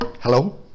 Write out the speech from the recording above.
hello